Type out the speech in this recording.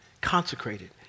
consecrated